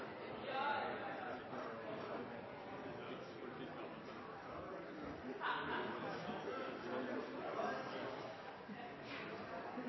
Ja, jeg